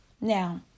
Now